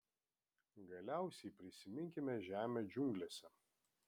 galiausiai prisiminkime žemę džiunglėse